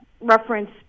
reference